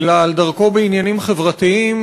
אלא על דרכו בעניינים חברתיים,